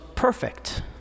perfect